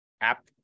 app